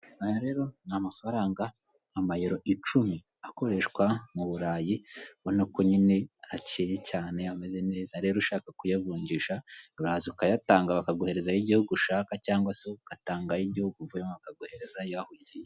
Aya rero n’ amafaranga amayero icumi akoreshwa mu burayi ubona ko nyine aracyeye cyane ameze neza rero ushaka kuyavungisha uraza ukayatanga bakaguherezayo igihugu ushaka cyangwa se ugatanga ay'igihugu uvuyemo bakaguhereza ayaho ugiye